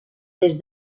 des